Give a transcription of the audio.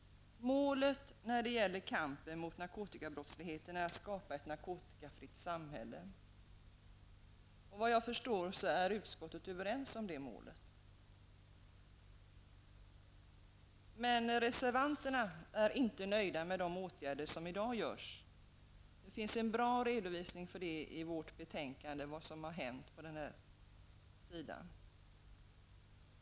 Målet när det gäller kampen mot narkotikabrottsligheten är att skapa ett narkotikafritt samhälle. Vad jag förstår är utskottet överens om det målet. Men reservanterna är inte nöjda med de åtgärder som görs i dag. Det finns en bra redovisning i betänkandet för vad som har hänt.